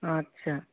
আচ্ছা